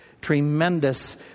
tremendous